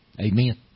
Amen